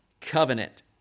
covenant